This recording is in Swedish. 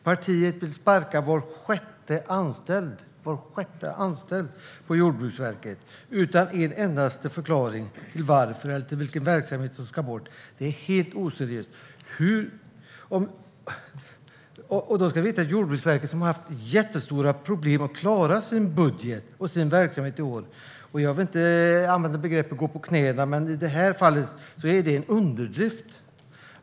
Partiet vill sparka var sjätte anställd på Jordbruksverket utan att tala om varför eller vilken verksamhet som ska bort. Det är helt oseriöst. Då ska vi veta att Jordbruksverket har haft jättestora problem med att klara sin budget och sin verksamhet i år. Jag vill inte använda uttrycket "gå på knäna", men i det här fallet är det en underdrift.